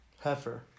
Heifer